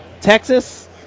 texas